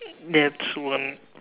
that's one